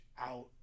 out